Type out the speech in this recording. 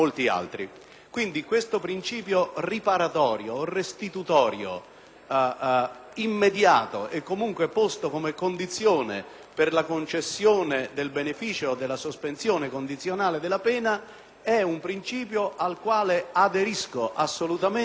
immediato e comunque posto come condizione per la concessione del beneficio della sospensione condizionale della pena, è un principio al quale aderisco assolutamente sia in via dottrinaria sia in via pratica.